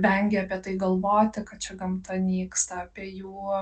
vengia apie tai galvoti kad čia gamta nyksta apie jų